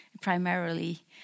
primarily